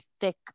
thick